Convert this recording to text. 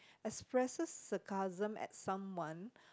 expresses sarcasm at someone